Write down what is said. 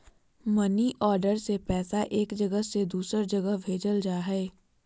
money order से पैसा एक जगह से दूसर जगह भेजल जा हय